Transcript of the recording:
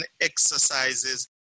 exercises